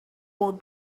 would